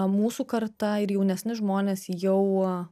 mūsų karta ir jaunesni žmonės jau